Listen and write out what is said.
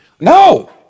No